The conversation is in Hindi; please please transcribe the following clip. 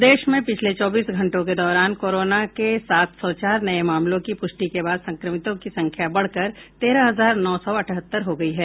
प्रदेश में पिछले चौबीस घंटों के दौरान कोरोना के सात सौ चार नये मामलों की पुष्टि के बाद संक्रमितों की संख्या बढ़कर तेरह हजार नौ सौ अठहत्तर हो गयी है